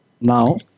Now